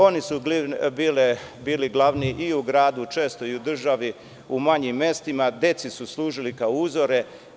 Oni su bili glavni i u gradu, često i u državi u manjim mestima, deci su služili kao uzor.